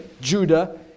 judah